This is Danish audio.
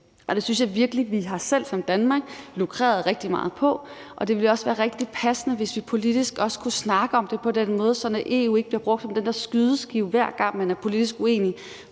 det synes jeg virkelig også vi selv i Danmark har lukreret rigtig meget på, og det ville jo også være rigtig passende, hvis vi politisk kunne snakke om det på den måde, sådan at EU ikke bliver brugt som den der skydeskive, hver gang man politisk er uenige.